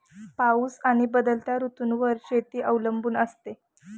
पाऊस आणि बदलत्या ऋतूंवर शेती अवलंबून असते